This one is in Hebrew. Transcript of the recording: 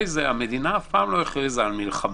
זה המדינה מעולם לא הכריזה על מלחמה.